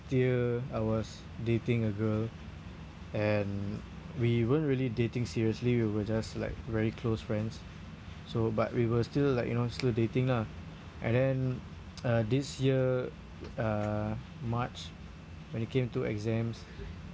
year I was dating a girl and we weren't really dating seriously we were just like very close friends so but we were still like you know still dating lah and then uh this year uh march when it came to exams